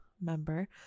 member